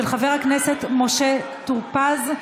של חבר הכנסת משה טור פז.